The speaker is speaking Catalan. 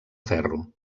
ferro